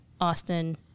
Austin